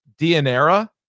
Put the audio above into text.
Dianera